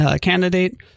candidate